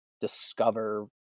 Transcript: discover